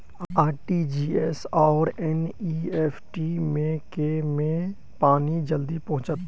RTGS आओर NEFT मे केँ मे पानि जल्दी पहुँचत